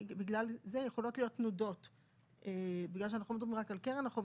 בגלל שאנחנו לא מדברים רק על קרן החוב,